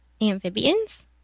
Amphibians